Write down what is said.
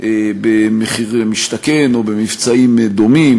במחיר למשתכן או במבצעים דומים,